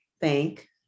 thank